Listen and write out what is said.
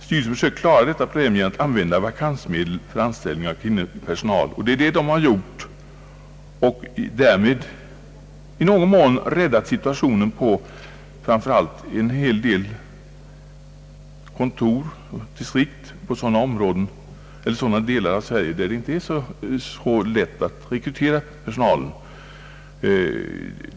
Styrelsen försöker klara detta problem genom att använda vakansmedel för anställning av kvinnlig personal.» Det är så styrelsen har gjort och därmed i någon mån räddat situationen, framför allt på en hel del kontor och distrikt i sådana delar av landet, där det som sagt inte är så lätt att rekrytera personal.